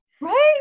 Right